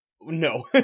No